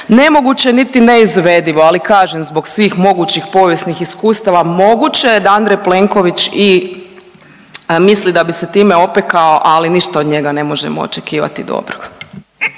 nemoguće niti neizvedivo, ali kažem zbog svih mogućih povijesnih iskustava moguće je da Andrej Plenković i misli da bi se time opekao, ali ništa od njega ne možemo očekivati dobrog.